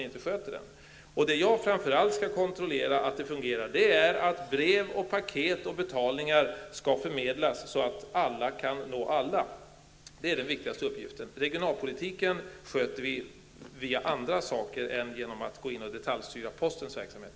Vad jag framför allt skall kontrollera är att brev, paket och betalningar förmedlas så att alla kan nå alla. Det är den viktigaste uppgiften. Regionalpolitiken sköter vi genom andra metoder än att gå in och detaljstyra postens verksamhet.